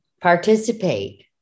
participate